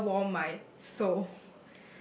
further warm my soul